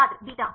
छात्र बेटा